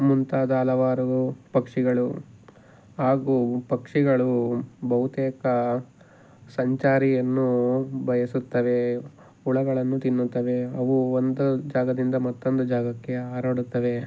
ಮುಂತಾದ ಹಲವಾರು ಪಕ್ಷಿಗಳು ಹಾಗೂ ಪಕ್ಷಿಗಳು ಬಹುತೇಕ ಸಂಚಾರಿಯನ್ನು ಬಯಸುತ್ತವೆ ಹುಳಗಳನ್ನು ತಿನ್ನುತ್ತವೆ ಅವು ಒಂದು ಜಾಗದಿಂದ ಮತ್ತೊಂದು ಜಾಗಕ್ಕೆ ಹಾರಾಡುತ್ತವೆ